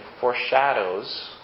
foreshadows